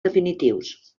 definitius